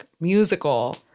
musical